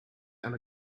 and